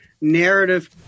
narrative